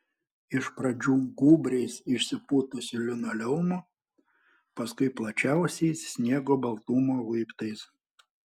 iš pradžių gūbriais išsipūtusiu linoleumu paskui plačiausiais sniego baltumo laiptais